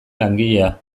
langilea